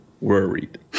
worried